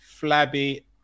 flabby